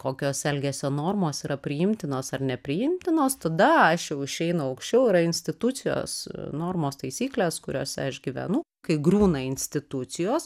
kokios elgesio normos yra priimtinos ar nepriimtinos tada aš jau išeinu aukščiau yra institucijos normos taisyklės kuriose aš gyvenu kai griūna institucijos